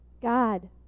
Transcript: God